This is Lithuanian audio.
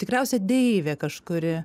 tikriausiai deivė kažkuri